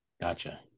Gotcha